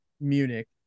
Munich